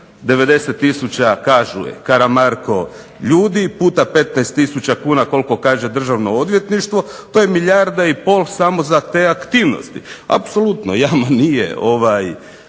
90 tisuća kažu je Karamarko je ljudi, puta 15 tisuća kuna koliko kaže državno odvjetništvo to je milijarda i pol samo za te aktivnosti. Apsolutno, jama nije